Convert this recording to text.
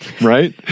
right